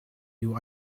you